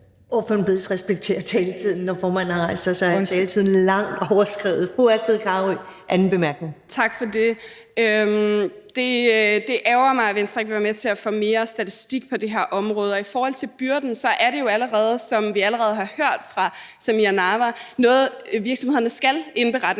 bedes respektere taletiden. Når formanden har rejst sig, er taletiden langt overskredet. Fru Astrid Carøe, anden bemærkning. Kl. 11:03 Astrid Carøe (SF): Tak for det. Det ærgrer mig, at Venstre ikke vil være med til at få mere statistik på det her område. I forhold til byrden er det jo allerede, som vi allerede har hørt fra Samira Nawa, noget, virksomhederne skal indberette.